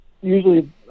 usually